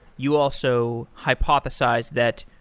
you also hypothesized that,